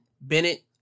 Bennett